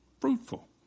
Fruitful